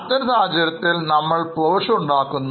അത്തരം സാഹചര്യത്തിൽ നമ്മൾ Provision ഉണ്ടാക്കുന്നു